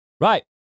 Right